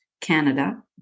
Canada